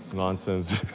nonsense.